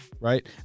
Right